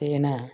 तेन